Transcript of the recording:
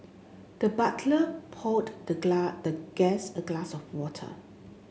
the butler poured the the guest a glass of water